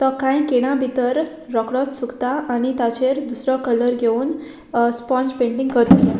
तो कांय खिणा भितर रोकडोच सुकता आनी ताचेर दुसरो कलर घेवन स्पोंज पेंटींग करूं येता